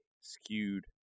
skewed